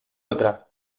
otra